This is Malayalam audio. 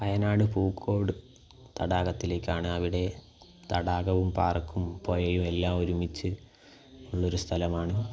വയനാട് പൂക്കോട് തടാകത്തിലേക്കാണ് അവിടെ തടാകവും പാർക്കും പുഴയും എല്ലാം ഒരുമിച്ച് ഉള്ളൊരു സ്ഥലമാണ്